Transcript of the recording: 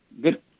Good